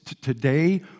today